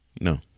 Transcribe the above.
No